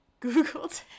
Googled